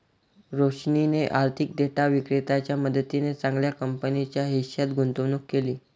रोशनीने आर्थिक डेटा विक्रेत्याच्या मदतीने चांगल्या कंपनीच्या हिश्श्यात गुंतवणूक केली